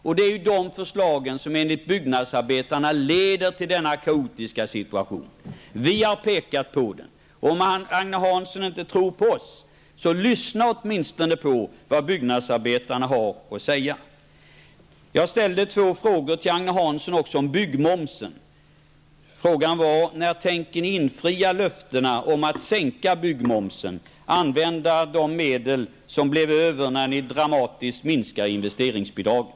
Detta är dessa förslag som enligt byggnadsarbetarna har lett till den kaotiska situation. Vi har pekat på det. Om Agne Hansson inte tror på oss, lyssna åtminstone på vad byggnadsarbetarna har att säga! Jag ställde två frågor till Agne Hansson om byggmomsen. Frågan var: När tänker ni infria löftena om att sänka byggmomsen och använda de medel som blev över när ni dramatiskt minskade investeringsbidraget?